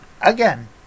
again